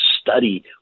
study